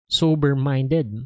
sober-minded